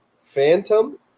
Phantom